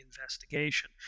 investigation